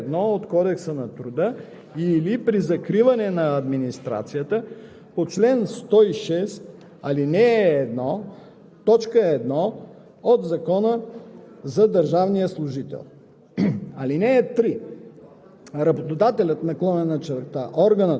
на работодателя/органа по назначаването, освен при закриване на предприятието по чл. 328, ал, 1, т. 1 от Кодекса на труда или при закриване на администрацията по чл. 106, ал. 1,